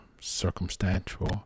circumstantial